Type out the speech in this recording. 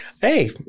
Hey